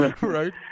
Right